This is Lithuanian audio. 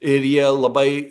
ir jie labai